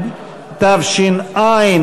גברתי המזכירה,